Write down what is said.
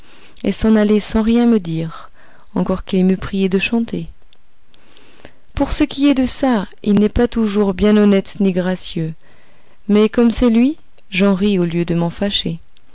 et s'en aller sans rien me dire encore qu'il m'eût priée de chanter pour ce qui est de ça il n'est pas toujours bien honnête ni gracieux mais comme c'est lui j'en ris au lieu de m'en fâcher